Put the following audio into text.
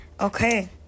Okay